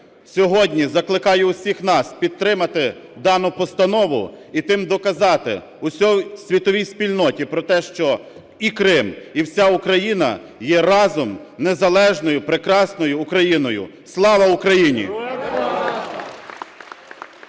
Сьогодні закликаю усіх нас підтримати дану постанову і тим доказати усій світовій спільноті про те, що і Крим, і вся Україна є разом незалежною прекрасною Україною. Слава Україні!